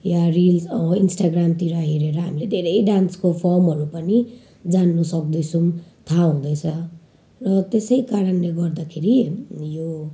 वा रिल्स इन्स्टाग्रामतिर हेरेर हामीले धेरै डान्सको फर्महरू पनि जान्नु सक्दैछौँ थाहा हुँदैछ र त्यसै कारणले गर्दाखेरि यो